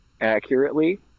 accurately